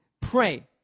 pray